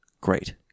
great